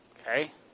Okay